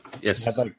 yes